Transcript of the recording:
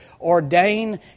ordain